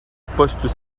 post